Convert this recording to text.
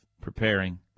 preparing